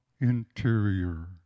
Interior